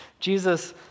Jesus